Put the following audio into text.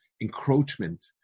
encroachment